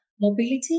mobility